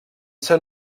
ser